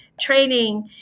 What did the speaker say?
training